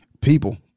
people